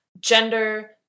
Gender